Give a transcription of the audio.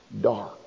dark